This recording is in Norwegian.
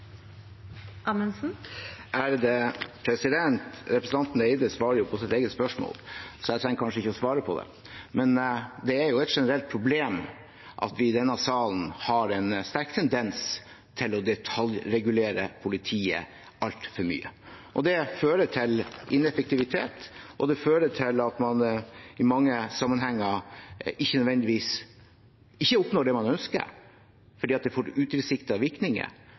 Representanten Eide svarer på sitt eget spørsmål, så jeg trenger kanskje ikke å svare på det. Det er et generelt problem at vi i denne salen har en sterk tendens til å detaljregulere politiet altfor mye. Det fører til ineffektivitet, og det fører til at man i mange sammenhenger ikke nødvendigvis oppnår det man ønsker, fordi det får utilsiktede virkninger,